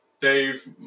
Dave